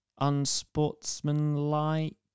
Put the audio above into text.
unsportsmanlike